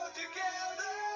together